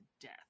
death